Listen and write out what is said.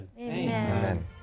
amen